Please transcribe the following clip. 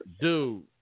Dude